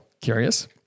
curious